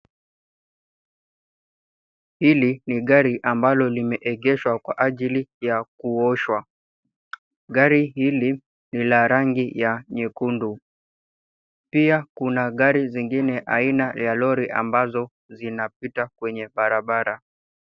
Hili ni gari ambalo limeegeshwa kwa ajili ya kuoshwa. Gari hili ni la rangi ya nyekundu. Pia kuna gari zingine aina ya Lori ambazo zinapita kwenye barabara.